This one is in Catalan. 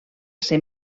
ser